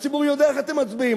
הציבור יודע איך אתם מצביעים.